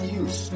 use